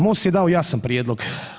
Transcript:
MOST je dao jasan prijedlog.